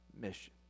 mission